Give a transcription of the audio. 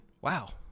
wow